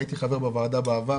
הייתי חבר בוועדה בעבר